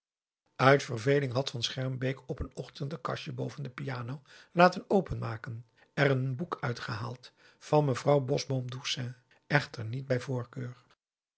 uit verveling had van schermbeek op een ochtend t kastje boven de piano laten openmaken en er een boek uitgehaald van mevrouw bosboom-toussaint echter niet bij voorkeur